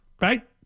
right